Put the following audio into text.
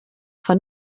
von